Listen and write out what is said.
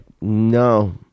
no